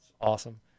Awesome